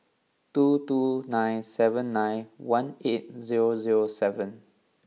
two two nine seven nine one eight zero zero seven